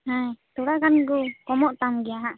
ᱦᱮᱸ ᱛᱷᱚᱲᱟᱜᱟᱱ ᱫᱚ ᱠᱚᱢᱚᱜ ᱛᱟᱢ ᱜᱮᱭᱟ ᱦᱟᱸᱜ